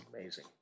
amazing